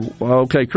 okay